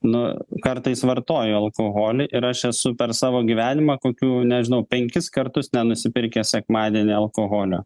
nu kartais vartoju alkoholį ir aš esu per savo gyvenimą kokių nežinau penkis kartus nenusipirkęs sekmadienį alkoholio